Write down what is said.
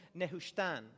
Nehushtan